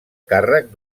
càrrec